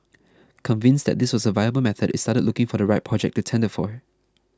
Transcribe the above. convinced that this was a viable method it started looking for the right project to tender for